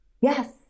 Yes